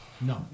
No